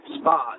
spot